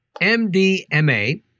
MDMA